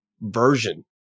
version